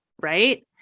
right